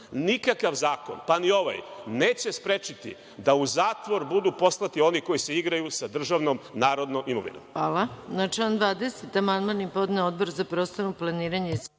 nikakav zakon, pa ni ovaj, neće sprečiti da u zatvor budu poslati oni koji se igraju sa državnom, narodnom imovinom.